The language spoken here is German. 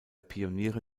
pioniere